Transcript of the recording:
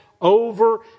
over